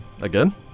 Again